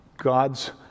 God's